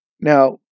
Now